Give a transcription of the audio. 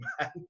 man